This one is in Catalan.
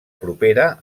propera